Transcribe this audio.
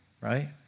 right